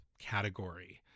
category